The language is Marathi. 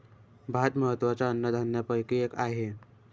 भात महत्त्वाच्या अन्नधान्यापैकी एक आहे